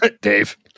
Dave